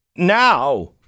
now